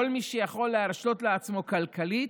כל מי שיכול להרשות לעצמו כלכלית,